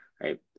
right